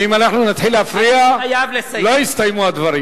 ואם נתחיל להפריע לא יסתיימו הדברים.